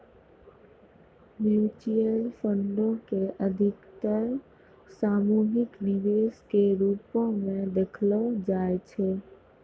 mutual फंडो के अधिकतर सामूहिक निवेश के रुपो मे देखलो जाय छै